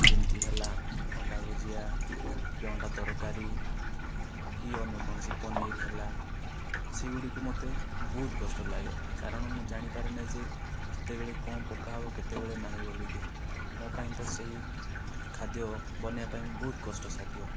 ଯେମିତି ହେଲା ଅଣ୍ଡା ଭୁଜିଆ କି ଅଣ୍ଡା ତରକାରୀ କି ଅନ୍ୟ କୌଣସି ପନିର ହେଲା ସେଗୁଡିକୁ ମତେ ବହୁତ କଷ୍ଟ ଲାଗେ କାରଣ ମୁଁ ଜାଣିପାରେ ନାହିଁ ଯେ କେତେବେଳେ କଣ ପକା ହେବ କେତେବେଳେ ନାହିଁ ବୋଲିକି ମୋ ପାଇଁ ତ ସେହି ଖାଦ୍ୟ ବନେଇବା ପାଇଁ ବହୁତ କଷ୍ଟ ସାଧ୍ୟ